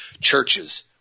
Churches